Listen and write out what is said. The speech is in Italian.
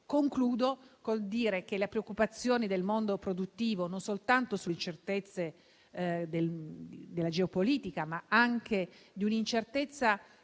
Concludo col dire che le preoccupazioni del mondo produttivo dovute alle incertezze della geopolitica, ma anche ad un'incertezza,